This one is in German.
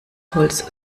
holz